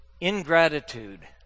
Ingratitude